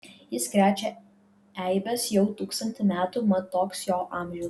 jis krečia eibes jau tūkstantį metų mat toks jo amžius